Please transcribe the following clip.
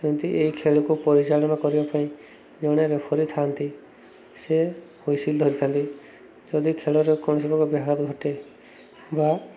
ଯେମିତି ଏହି ଖେଳକୁ ପରିଚାଳନା କରିବା ପାଇଁ ଜଣେ ରେଫର୍ରେ ଥାଆନ୍ତି ସେ ହୁଇସିଲ୍ ଧରିଥାନ୍ତି ଯଦି ଖେଳରେ କୌଣସି ପ୍ରକାର ବ୍ୟାଘାତ ଘଟେ ବା